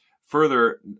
Further